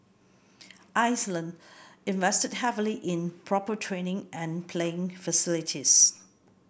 Iceland invested heavily in proper training and playing facilities